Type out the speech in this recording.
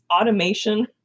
automation